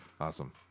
Awesome